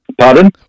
pardon